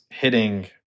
hitting